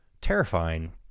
terrifying